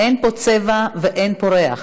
אין פה צבע ואין פה ריח.